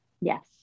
yes